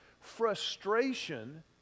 frustration